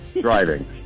Driving